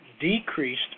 decreased